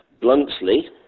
bluntly